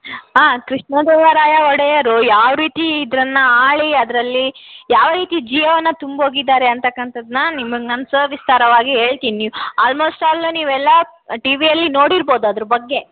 ಹಾಂ ಕೃಷ್ಣ ದೇವರಾಯ ಒಡೆಯರು ಯಾವ ರೀತಿ ಇದನ್ನ ಆಳಿ ಅದರಲ್ಲಿ ಯಾವ ರೀತಿ ಜೀವವನ್ನು ತುಂಬೋಗಿದಾರೆ ಅಂತಕ್ಕಂಥದ್ದನ್ನ ನಿಮ್ಗೆ ನಾನು ಸವಿಸ್ತಾರವಾಗಿ ಹೇಳ್ತೀನ್ ನೀವು ಆಲ್ಮೋಸ್ಟ್ ಆಲ್ ನೀವು ಎಲ್ಲ ಟಿ ವಿಯಲ್ಲಿ ನೋಡಿರ್ಬೌದು ಅದ್ರ ಬಗ್ಗೆ